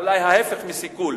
אולי ההיפך מסיכול,